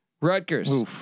Rutgers